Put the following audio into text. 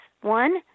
One